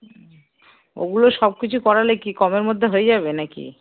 ওগুলো সব কিছু করালে কি কমের মধ্যে হয়ে যাবে নাকি